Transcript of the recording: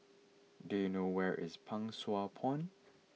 do you know where is Pang Sua Pond